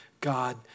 God